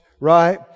right